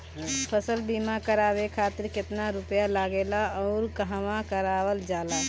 फसल बीमा करावे खातिर केतना रुपया लागेला अउर कहवा करावल जाला?